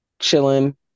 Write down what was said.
chilling